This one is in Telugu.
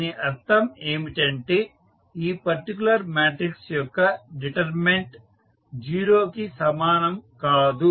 దీని అర్థం ఏమంటే ఈ పర్టికులర్ మాట్రిక్స్ యొక్క డిటర్మెంట్ 0 కి సమానం కాదు